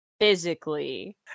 physically